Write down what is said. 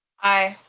aye.